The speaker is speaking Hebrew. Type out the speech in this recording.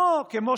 לא כמו